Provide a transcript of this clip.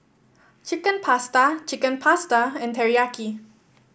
Chicken Pasta Chicken Pasta and Teriyaki